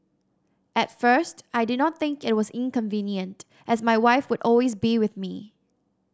at first I did not think it was inconvenient as my wife would always be with me